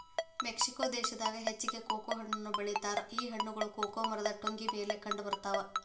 Mexico ದೇಶದಾಗ ಹೆಚ್ಚಾಗಿ cocoa ಹಣ್ಣನ್ನು ಬೆಳಿತಾರ ಈ ಹಣ್ಣುಗಳು ಕೊಕೊ ಮರದ ಟೊಂಗಿ ಮೇಲೆ ಕಂಡಬರ್ತಾವ